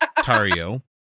Tario